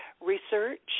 research